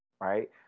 right